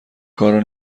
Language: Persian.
کار